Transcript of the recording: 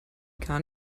gar